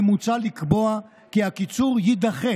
ומוצע לקבוע כי הקיצור יידחה